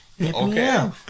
Okay